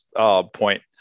point